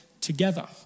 together